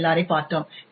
R ரைப் பார்த்தோம் ஏ